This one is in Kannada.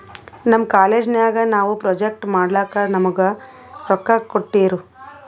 ನಮ್ ಕಾಲೇಜ್ ನಾಗ್ ನಾವು ಪ್ರೊಜೆಕ್ಟ್ ಮಾಡ್ಲಕ್ ನಮುಗಾ ರೊಕ್ಕಾ ಕೋಟ್ಟಿರು